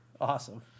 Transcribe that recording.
Awesome